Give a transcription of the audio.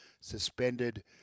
suspended